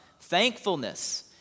thankfulness